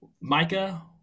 Micah